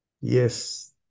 Yes